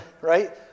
right